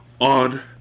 on